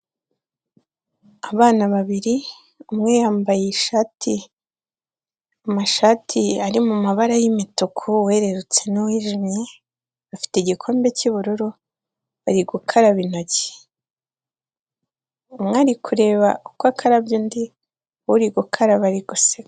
Abana babiri umwe yambaye ishati amashati ari mu mabara y'imituku uwerurutse n'uwijimye afite igikombe cy'ubururu bari gukaraba intokiri umwe ari kureba uko akabya undi uri gukaraba ari guseka.